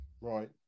right